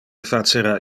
facera